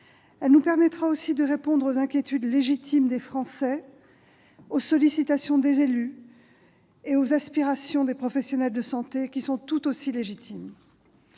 Elle nous permettra aussi de répondre aux inquiétudes légitimes des Français, aux sollicitations des élus et aux aspirations des professionnels de santé, tout aussi légitimes.